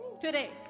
today